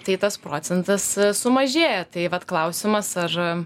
tai tas procentas sumažėja tai vat klausimas ar